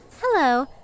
Hello